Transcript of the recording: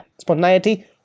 spontaneity